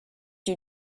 you